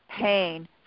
pain